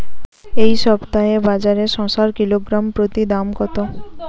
এই সপ্তাহে বাজারে শসার কিলোগ্রাম প্রতি দাম কত?